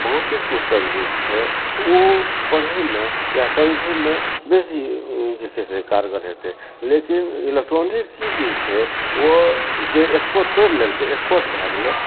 भौतिक पुस्तक जे छै ओ पढ़ैमे या समझैमे बेसी जे छै से कारगर हेतय लेकिन इलेक्ट्रॉनिकी जे छै ओ जे एक्सपर्ट पढ़ि लेलकय एक्सपर्ट भए गेलय ओ